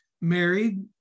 married